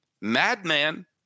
madman